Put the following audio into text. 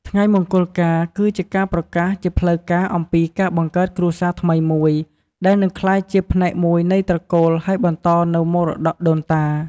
ថ្ងៃមង្គលការគឺជាការប្រកាសជាផ្លូវការអំពីការបង្កើតគ្រួសារថ្មីមួយ ដែលនឹងក្លាយជាផ្នែកមួយនៃត្រកូល ហើយបន្តនូវមរតកដូនតា។